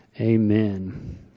Amen